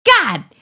God